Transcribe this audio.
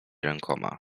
rękoma